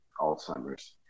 Alzheimer's